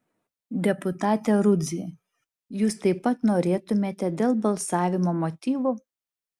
deputate rudzy jūs taip pat norėtumėte dėl balsavimo motyvų